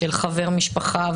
של חבר משפחה,